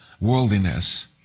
worldliness